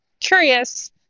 curious